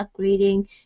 upgrading